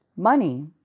Money